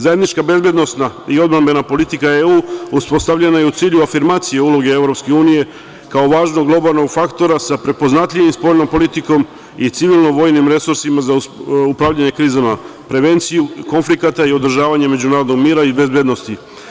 Zajednička bezbednosna i odbrambena politika EU uspostavljena je u cilju afirmacije uloge EU kao važnog globalnog faktora sa prepoznatljivom spoljnom politikom i civilnim vojnim resursima u upravljanju krizama, prevenciju konflikata i održavanje međunarodnog mira i bezbednosti.